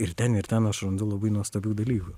ir ten ir ten aš randu labai nuostabių dalykų